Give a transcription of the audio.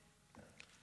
ומדינתו".